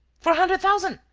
four hundred thousand!